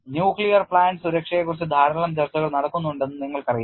nuclear plant സുരക്ഷയെക്കുറിച്ച് ധാരാളം ചർച്ചകൾ നടക്കുന്നുണ്ടെന്ന് നിങ്ങൾക്കറിയാം